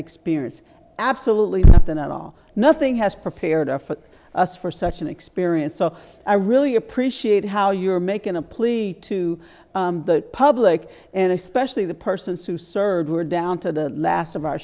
experience absolutely nothing at all nothing has prepared effort for such an experience so i really appreciate how you're making a plea to the public and especially the persons who served were down to the last of our